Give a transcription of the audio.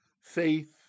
faith